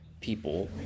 people